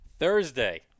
Thursday